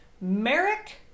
Merrick